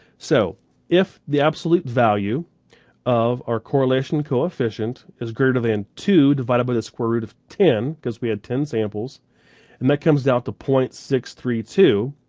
so if the absolute value of our correlation coefficient is greater than two divided by the square root of ten because we had ten samples and that comes out to point six three two,